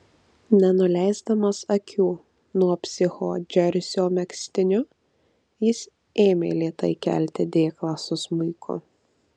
nenuleisdamas akių nuo psicho džersio megztiniu jis ėmė lėtai kelti dėklą su smuiku